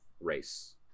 race